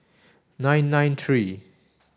nine nine three